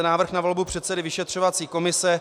Návrh na volbu předsedy vyšetřovací komise